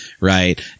Right